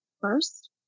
First